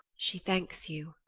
she thanks you.